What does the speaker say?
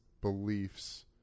beliefs